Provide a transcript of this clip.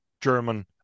German